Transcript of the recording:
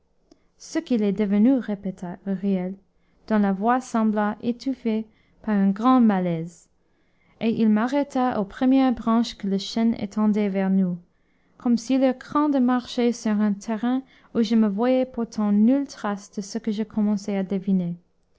ce qu'il est devenu répéta huriel dont la voix sembla étouffée par un grand malaise et il m'arrêta aux premières branches que le chêne étendait vers nous comme s'il eût craint de marcher sur un terrain où je ne voyais pourtant nulle trace de ce que je commençais à deviner